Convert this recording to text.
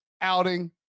outing